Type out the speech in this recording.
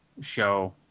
show